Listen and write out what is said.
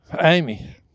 Amy